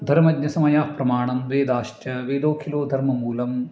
धर्मज्ञसमयप्रमाणं वेदाश्च वेदोऽखिलो धर्ममूलम्